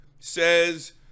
says